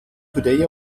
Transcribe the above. today